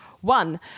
One